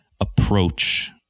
approach